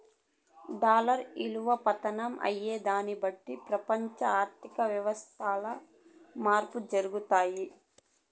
dollar ఇలువ పతనం అయ్యేదాన్ని బట్టి పెపంచ ఆర్థిక వ్యవస్థల్ల మార్పులు జరగతాయి